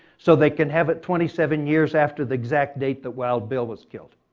so they can have it twenty seven years after the exact date that wild bill was killed.